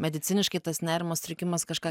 mediciniškai tas nerimo sutrikimas kažką